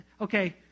Okay